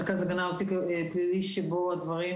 מרכז הגנה מוציא תיק פלילי שבו הדברים